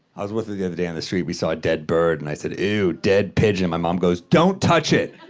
i was with her the other day on the street. we saw a dead bird, and i said, ew, dead pigeon. my mom goes, don't touch it.